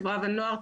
חברה ונוער,